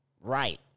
right